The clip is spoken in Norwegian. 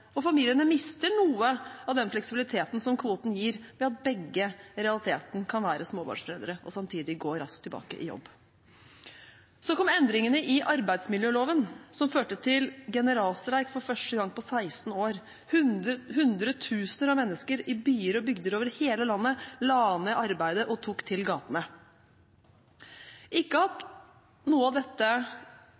og familiene mister noe av den fleksibiliteten som kvoten gir ved at begge i realiteten kan være småbarnsforeldre og samtidig gå raskt tilbake i jobb. Så kom endringene i arbeidsmiljøloven, som førte til generalstreik for første gang på 16 år. Hundretusener av mennesker i byer og bygder over hele landet la ned arbeidet og tok til gatene. Ikke at noe av dette